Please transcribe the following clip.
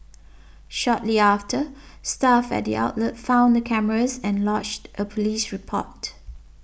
shortly after staff at the outlet found the cameras and lodged a police report